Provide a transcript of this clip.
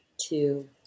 two